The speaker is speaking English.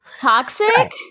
Toxic